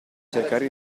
cercare